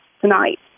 tonight